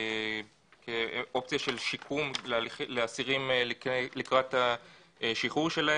אופציה של שיקום לאסירים לקראת השחרור שלהם.